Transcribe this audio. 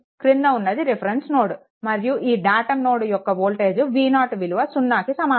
క్రింద ఉన్నది reference node మరియు ఈ దాటమ్ నోడ్ యొక్క వోల్టేజ్ V0 విలువ సున్నాకి సమానం